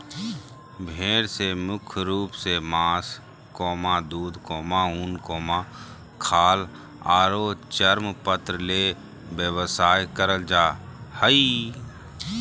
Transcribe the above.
भेड़ से मुख्य रूप से मास, दूध, उन, खाल आरो चर्मपत्र ले व्यवसाय करल जा हई